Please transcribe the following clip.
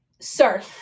sir